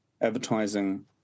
advertising